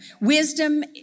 Wisdom